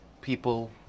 people